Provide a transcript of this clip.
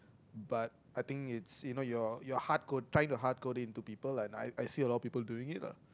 but I think it's you know your you hard code trying to hard code it into people lah and I I see a lot of people doing it lah